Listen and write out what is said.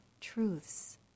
truths